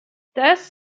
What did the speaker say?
thus